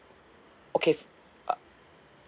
okay f~ uh